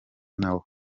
nawo